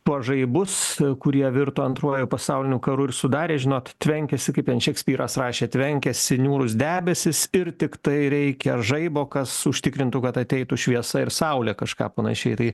tuos žaibus kurie virto antruoju pasauliniu karu ir sudarė žinot tvenkiasi kaip ten šekspyras rašė tvenkiasi niūrūs debesys ir tiktai reikia žaibo kas užtikrintų kad ateitų šviesa ir saulė kažką panašiai tai